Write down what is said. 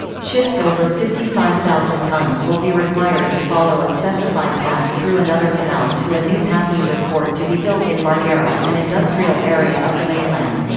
ships over fifty five thousand tons will be required to follow a specified path through another canal to a new passenger port to be built in marghera, an industrial area of the mainland.